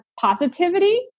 positivity